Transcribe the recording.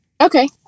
Okay